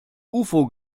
ufo